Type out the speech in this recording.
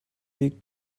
weg